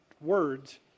words